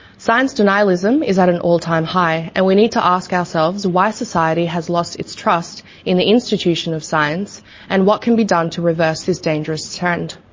science denialism is at an all time high, and we need to ask ourselves why society has lost its trust in the institution of science and what can be done to reverse this dangerous trend.